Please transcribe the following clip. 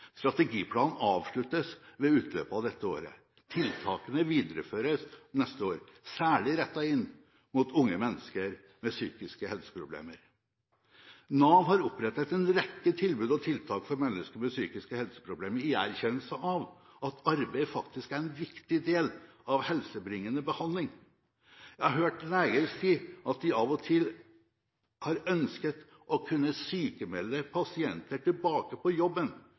Strategiplanen avsluttes ved utløpet av dette året. Tiltakene videreføres neste år, særlig rettet inn mot unge mennesker med psykiske helseproblemer. Nav har opprettet en rekke tilbud og tiltak for mennesker med psykiske helseproblemer i erkjennelse av at arbeid faktisk er en viktig del av helsebringende behandling. Jeg har hørt leger si at de av og til har ønsket de kunne sykmelde pasienter tilbake til jobben